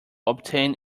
obtained